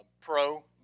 pro